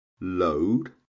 load